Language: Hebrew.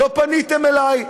לא פניתם אלי.